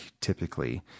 typically